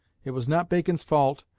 it was not bacon's fault,